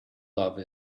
love